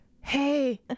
hey